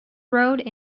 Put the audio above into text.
road